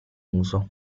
uso